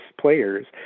players